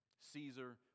Caesar